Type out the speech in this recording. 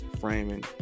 framing